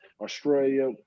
Australia